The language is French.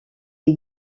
des